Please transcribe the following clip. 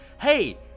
Hey